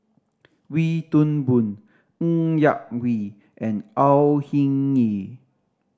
Wee Toon Boon Ng Yak Whee and Au Hing Yee